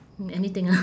hmm anything ah